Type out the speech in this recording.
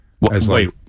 Wait